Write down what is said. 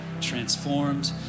transformed